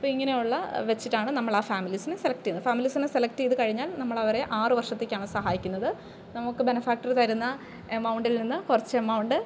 അപ്പോ ഇങ്ങനെയുള്ളത് വച്ചിട്ടാണ് നമ്മൾ ആ ഫാമിലീസിന സെലക്ട് ചെയ്യുന്നത് ഫാമിലീസിനെ സെലെക്റ്റ് ചെയ്തു കഴിഞ്ഞാൽ നമ്മൾ അവരെ ആറു വർഷത്തേക്കാണ് സഹായിക്കുന്നത് നമ്മൾക്കും ബെനിഫാക്ടര് തരുന്ന എമൌണ്ടിൽ നിന്ന് കൊറച്ച് എമൌണ്ട്